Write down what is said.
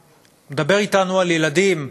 הוא מדבר אתנו על ילדים,